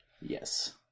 Yes